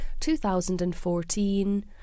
2014